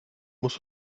musst